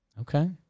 Okay